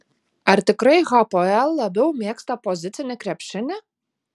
ar tikrai hapoel labiau mėgsta pozicinį krepšinį